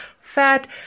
Fat